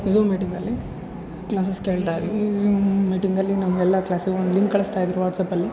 zoom ಮೀಟಿಂಗಲ್ಲಿ classes ಕೇಳ್ತಾಯಿದ್ವಿ Zoom ಮೀಟಿಂಗ್ಲ್ಲಿ ನಮ್ಮ ಎಲ್ಲ ಕ್ಲಾಸಿಗ್ ಒಂದು ಲಿಂಕ್ ಕಳಿಸ್ತಾಯಿದ್ರು ವಾಟ್ಸಪಲ್ಲಿ